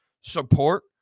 support